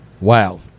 Wow